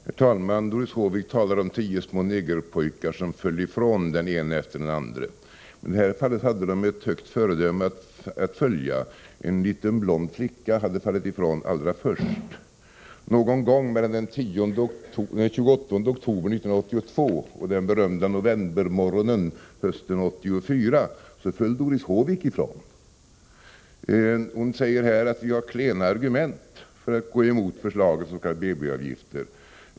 Herr talman! Doris Håvik talar om tio små negerpojkar och om att den ene efter den andre föll ifrån. I det här fallet hade de ett högt föredöme att följa. En liten blond flicka hade nämligen fallit ifrån allra först. Någon gång mellan den 28 oktober 1982 och den berömda novembermorgonen hösten 1984 föll Doris Håvik ifrån. Doris Håvik säger att vi har klena argument för att gå emot förslaget om de s.k. BB-avgifterna.